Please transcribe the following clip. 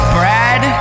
Brad